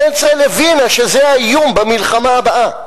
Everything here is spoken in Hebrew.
מדינת ישראל הבינה שזה האיום במלחמה הבאה.